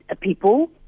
people